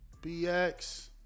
BX